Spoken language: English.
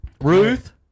Ruth